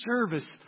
service